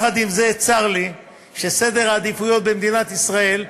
צר לי שסדר העדיפויות במדינת ישראל,